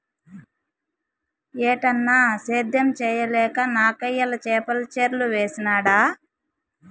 ఏటన్నా, సేద్యం చేయలేక నాకయ్యల చేపల చెర్లు వేసినాడ